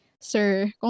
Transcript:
sir